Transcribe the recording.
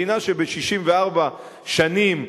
מדינה שב-64 שנים,